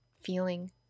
feeling